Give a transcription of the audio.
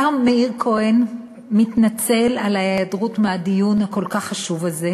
השר מאיר כהן מתנצל על ההיעדרות מהדיון הכל-כך חשוב הזה,